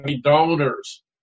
donors